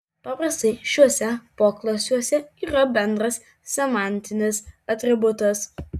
paprastai šiuose poklasiuose yra bendras semantinis atributas